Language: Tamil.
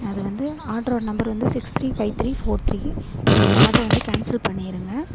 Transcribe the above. அது வந்து ஆர்டரோட நம்பர் வந்து six three five three four three அந்த ஆர்டரை வந்து கேன்சல் பண்ணிடுங்க